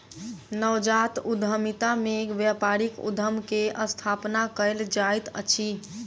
नवजात उद्यमिता में व्यापारिक उद्यम के स्थापना कयल जाइत अछि